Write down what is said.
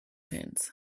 pins